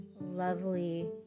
lovely